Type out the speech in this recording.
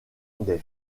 des